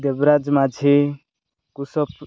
Debaraj Majhi କୁଶପ